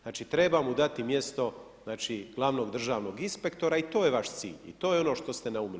Znači, treba mu dati mjesto znači glavnog državnog inspektora i to je vaš cilj i to je ono što ste naumili.